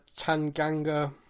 Tanganga